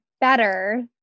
better